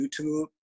YouTube